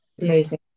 Amazing